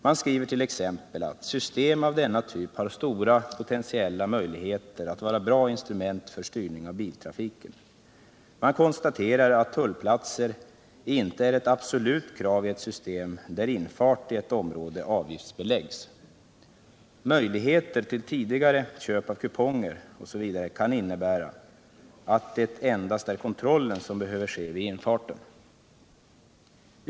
Man skriver t.ex. att ”System av denna typ har stora potentiella möjligheter att vara bra instrument för styrning av biltrafiken”. Man konstaterar att tullplatser inte är ett absolut krav i ett system, där infart i ett område avgiftsbeläggs. Möjligheter till tidigare köp av kuponger osv. kan innebära att det endast är kontrollen som behöver ske vid infarten.